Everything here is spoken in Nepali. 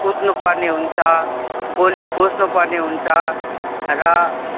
कुद्नु पर्ने हुन्छ गोली खोस्नु पर्ने हुन्छ र